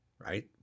right